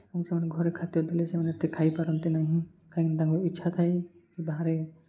ଏବଂ ସେମାନେ ଘରେ ଖାଦ୍ୟ ଦେଲେ ସେମାନେ ଏତେ ଖାଇପାରନ୍ତି ନାହିଁ କାହିଁକି ତାଙ୍କ ଇଚ୍ଛା ଥାଏ କି ବାହାରେ